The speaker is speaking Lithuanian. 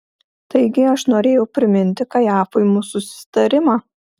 taigi aš norėjau priminti kajafui mūsų susitarimą